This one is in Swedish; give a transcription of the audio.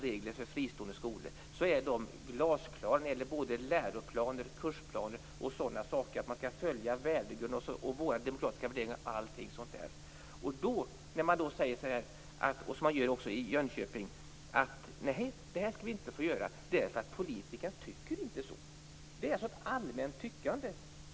Reglerna för fristående skolor är glasklara när det gäller läroplaner, kursplaner och sådant. Man skall följa vedertagna värdegrunder och demokratiska värderingar. Men i Jönköping säger man: Nej, det här skall inte få göras, därför att politikerna tycker inte så. Man hänger sig alltså åt ett allmänt tyckande.